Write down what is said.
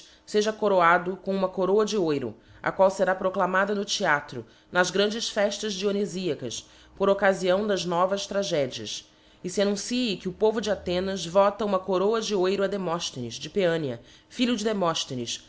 feja coroado com uma coroa de oiro a qual fera proclamada no theatro nas grandes fellas dionyfiacas por occafião das novas tragedias e fe annuncie que o povo de athenas vota uma coroa de oiro a demofthenes de pceania filho de demofthenes